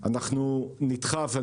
אנחנו נדחף.